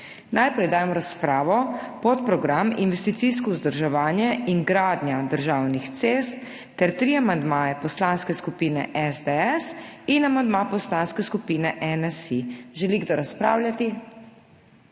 Najprej dajem v razpravo podprogram Investicijsko vzdrževanje in gradnja državnih cest ter tri amandmaje Poslanske skupine SDS in amandma Poslanske skupine NSi. Želi kdo razpravljati?